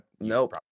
Nope